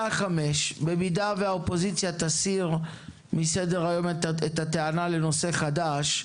האופוזיציה תסיר את הטענות לנושא חדש,